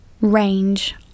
range